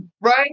Right